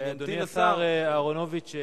אדוני השר אהרונוביץ.